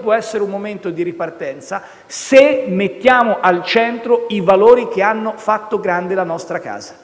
può essere un momento di ripartenza se mettiamo al centro i valori che hanno fatto grande la nostra casa.